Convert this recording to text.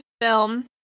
film